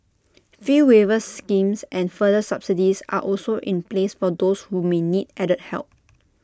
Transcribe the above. fee waiver schemes and further subsidies are also in place for those who may need added help